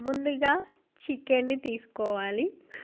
ముందుగా చికెన్ని తీసుకోవాలి